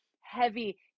heavy